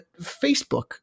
Facebook